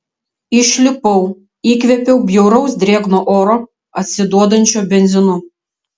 išlipau įkvėpiau bjauraus drėgno oro atsiduodančio benzinu